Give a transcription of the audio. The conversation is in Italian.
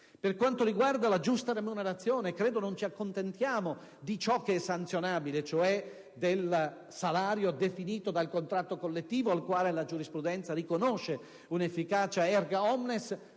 Per quanto riguarda la giusta remunerazione, non ci accontentiamo di ciò che è sanzionabile, cioè del salario definito dal contratto collettivo al quale la giurisprudenza riconosce un'efficacia *erga omnes*,